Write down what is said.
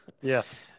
Yes